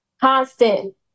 constant